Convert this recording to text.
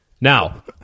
Now